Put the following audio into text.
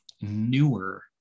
newer